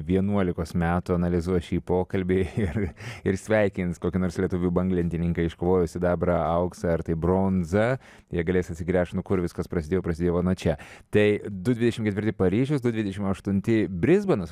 vienuolikos metų analizuos šį pokalbį ir ir sveikins kokį nors lietuvių banglentininką iškovojus sidabrą auksą ar tai bronzą jie galės atsigręžt nuo kur viskas prasidėjo prasidėjo nuo čia tai du dvidešimt ketvirti paryžius du dvidešimt aštunti brisbenas